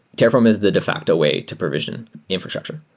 terraform is the de facto way to provision infrastructure.